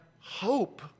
hope